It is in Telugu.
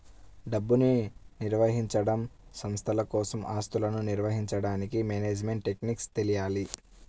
డబ్బుని నిర్వహించడం, సంస్థల కోసం ఆస్తులను నిర్వహించడానికి మేనేజ్మెంట్ టెక్నిక్స్ తెలియాలి